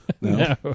No